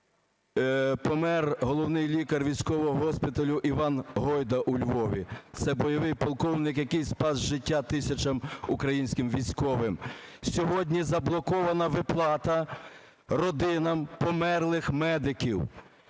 помер головний лікар військового госпіталю Іван Гойда у Львові. Це бойовий полковник, який спас життя тисячам українським військовим. Сьогодні заблокована виплата родинам померлих медиків